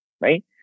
right